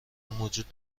موجود